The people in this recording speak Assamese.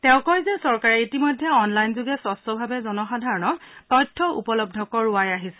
তেওঁ কয় যে চৰকাৰে ইতিমধ্যে অনলাইনযোগে স্বচ্ছভাৱে জনসাধাৰণক তথ্য উপলব্ধ কৰাই আহিছে